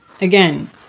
Again